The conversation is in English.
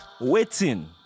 waiting